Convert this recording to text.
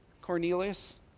Cornelius